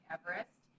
Everest